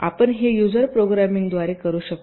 आपण हे यूजर प्रोग्रामिंगद्वारे करू शकता